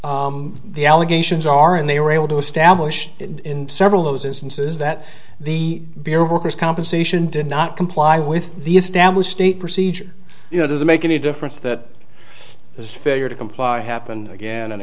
liens the allegations are and they were able to establish in several those instances that the bureau workers compensation did not comply with the established state procedure you know doesn't make any difference that this figure to comply happened again and